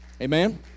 Amen